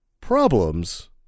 Problems